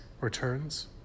returns